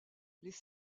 les